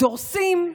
דורסים,